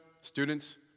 students